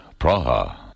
Praha